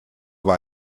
war